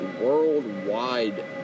worldwide